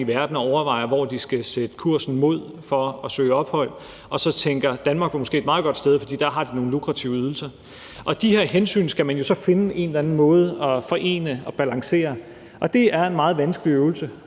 i verden og overvejer, hvad de skal sætte kursen mod for at søge ophold, og så tænker, at Danmark måske er et meget godt sted, fordi de har nogle lukrative ydelser der. De hensyn skal man jo så finde en eller anden måde at forene og balancere, og det er en meget vanskelig øvelse.